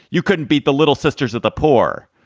you couldn't beat the little sisters of the poor.